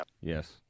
Yes